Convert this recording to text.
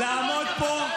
תתבייש לך.